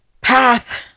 path